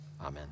amen